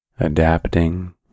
adapting